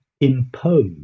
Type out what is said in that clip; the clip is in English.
impose